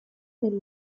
nel